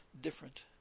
different